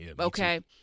Okay